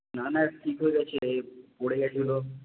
না না ঠিক হয়ে গেছে পড়ে গেছিল